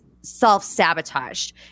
self-sabotaged